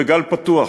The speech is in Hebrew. בגל פתוח,